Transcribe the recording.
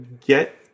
get